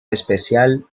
especial